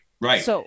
Right